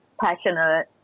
passionate